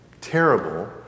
terrible